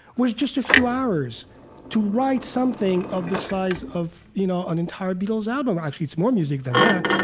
was just a few hours to write something of the size of, you know, an entire beatles' album. actually it's more music than that.